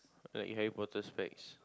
like Harry-Potter's specs